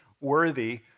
worthy